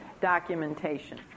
documentation